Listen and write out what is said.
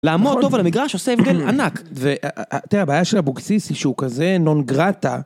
לעמוד טוב על המגרש עושה הבדל ענק. ואתה יודע, הבעיה של אבוקסיס שהוא כזה נון-גראטה.